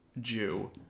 Jew